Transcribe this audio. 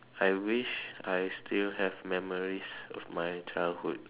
I wish I still have memories of my childhood